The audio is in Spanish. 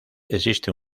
existe